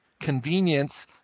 convenience